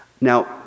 Now